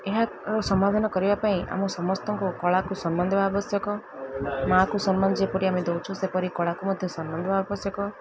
ଏହାର ସମାଧାନ କରିବା ପାଇଁ ଆମ ସମସ୍ତଙ୍କୁ କଳାକୁ ସମ୍ମାନ ଦବା ଆବଶ୍ୟକ ମା'କୁ ସମ୍ମାନ ଯେପରି ଆମେ ଦଉଛୁ ସେପରି କଳାକୁ ମଧ୍ୟ ସମ୍ମାନ ଦବା ଆବଶ୍ୟକ